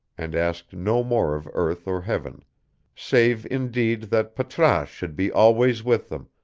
and asked no more of earth or heaven save indeed that patrasche should be always with them,